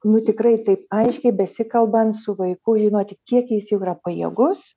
nu tikrai taip aiškiai besikalbant su vaiku žinote kiek jis jau yra pajėgus